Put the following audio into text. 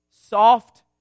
soft